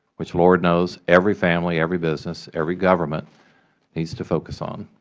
which lord knows every family, every business, every government needs to focus on.